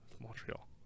Montreal